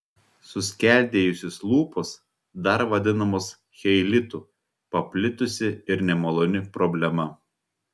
suskeldėjusios lūpos dar vadinamos cheilitu paplitusi ir nemaloni problema